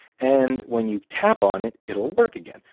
and when you tap on it it'll work again.